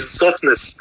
softness